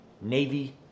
Navy